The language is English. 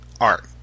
art